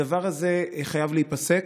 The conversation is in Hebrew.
הדבר הזה חייב להיפסק.